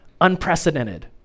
unprecedented